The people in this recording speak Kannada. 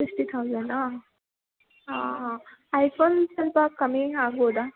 ಸಿಕ್ಸ್ಟಿ ಥೌಸಂಡಾ ಐಫೋನ್ ಸ್ವಲ್ಪ ಕಮ್ಮಿ ಆಗ್ಬೋದಾ